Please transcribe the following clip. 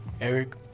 Eric